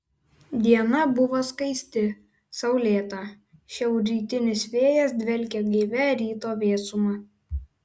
diena buvo skaisti saulėta šiaurrytinis vėjas dvelkė gaivia ryto vėsuma